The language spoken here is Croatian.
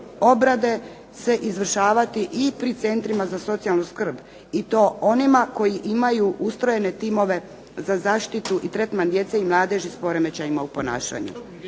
obrade se izvršavati i pri centrima za socijalnu skrb i to onima koji imaju ustrojene timove za zaštitu i tretman djece i mladeži s poremećajima u ponašanju.